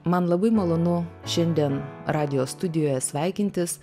man labai malonu šiandien radijo studijoje sveikintis